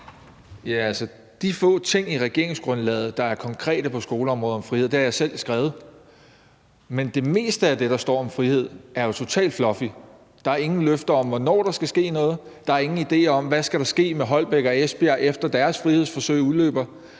De få ting i regeringsgrundlaget, der er konkrete på skoleområdet om frihed, har jeg selv skrevet. Men det meste af det, der står om frihed, er jo totalt fluffy. Der er ingen løfter om, hvornår der skal ske noget, der er ingen idéer om, hvad der skal ske med Holbæk og Esbjerg, efter deres frihedsforsøg udløber,